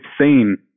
seen